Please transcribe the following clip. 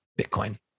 Bitcoin